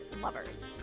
Lovers